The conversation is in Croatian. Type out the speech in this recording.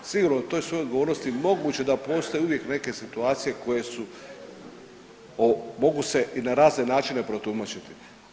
Sigurno u toj svojoj odgovornosti moguće da postoje uvijek neke situacije koje su mogu se i na razne načine protumačiti.